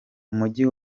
umujyi